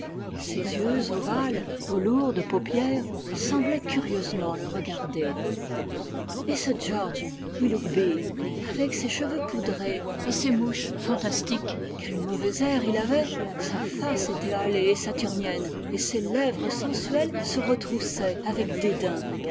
ses yeux ovales aux lourdes paupières semblaient curieusement le regarder et ce george willoughby avec ses cheveux poudrés et ses mouches fantastiques quel mauvais air il avait sa face était halée et saturnienne et ses lèvres sensuelles se retroussaient avec